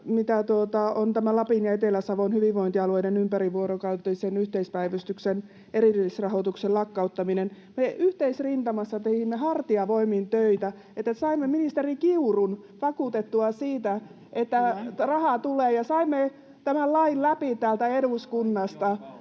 Lapin ja Etelä-Savon hyvinvointialueiden ympärivuorokautisen yhteispäivystyksen erillisrahoituksen lakkauttaminen. Kun me yhteisrintamassa teimme hartiavoimin töitä, että saimme ministeri Kiurun vakuutettua siitä, että rahaa tulee, ja saimme tämän lain läpi täältä eduskunnasta,